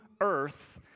earth